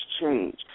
change